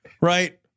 Right